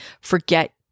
forget